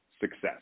success